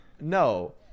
No